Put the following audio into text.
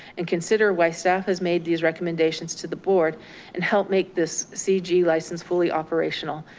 and consider why staff has made these recommendations to the board and help make this cg license fully operational.